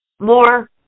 more